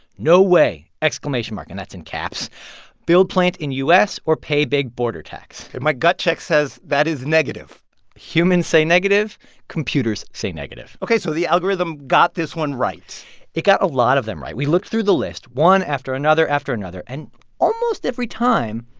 no way! and that's in caps build plant in u s. or pay big border tax. my gut-check says that is negative humans say negative computers say negative ok, so the algorithm got this one right it got a lot of them right. we looked through the list, one after another after another, and almost every time,